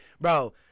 bro